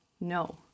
No